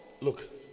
look